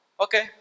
okay